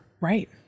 Right